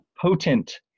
potent